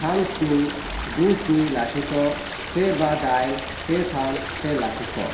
थाम स्नि गु स्नि लाथिख' से बा दाइन से थाम से लाथिख'